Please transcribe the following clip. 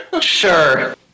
Sure